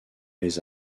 les